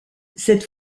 cette